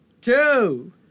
two